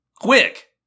Quick